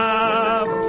up